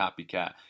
copycat